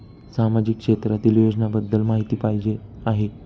सामाजिक क्षेत्रातील योजनाबद्दल माहिती पाहिजे आहे?